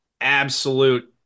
absolute